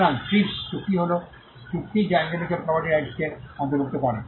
সুতরাং ট্রিপস চুক্তি হল চুক্তি যা ইন্টেলেকচুয়াল প্রপার্টি রাইটসকে অন্তর্ভুক্ত করে